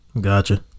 gotcha